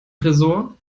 tresor